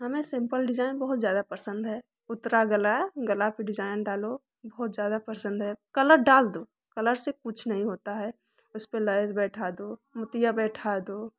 हमें simple design बहुत ज़्यादा पसंद है उतरा लगा गला पे डिजाइन डालो बहुत ज़्यादा पसंद है कलर डाल दो कलर से कुछ नहीं होता है उसपे लैज बैठ दो मोतियाँ बैठा दो